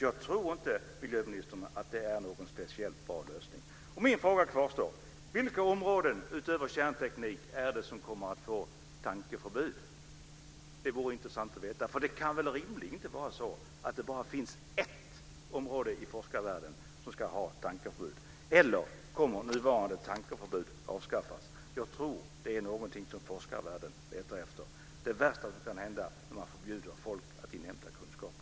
Jag tror inte att det är en speciellt bra lösning, miljöministern. Vilka områden, utöver kärnteknik, är det som kommer att få tankeförbud? Det vore intressant att få veta. Det kan väl rimligen inte bara finnas ett område i forskarvärlden som ska ha tankeförbud? Kommer nuvarande tankeförbud att avskaffas? Jag tror att det är någonting som forskarvärlden letar efter. Det värsta som kan hända är att förbjuda folk att inhämta kunskaper.